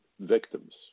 victims